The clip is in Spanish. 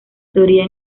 teoría